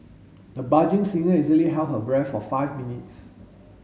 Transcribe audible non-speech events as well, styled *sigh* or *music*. the *unintelligible* singer easily held her breath for five minutes